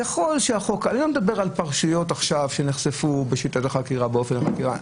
ואני לא מדבר על פרשיות שנחשפו בשיטות החקירה ובאופן החקירה,